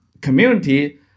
community